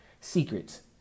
Secrets